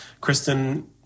Kristen